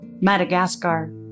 Madagascar